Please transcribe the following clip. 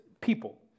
People